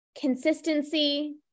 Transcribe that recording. consistency